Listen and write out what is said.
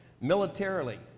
Militarily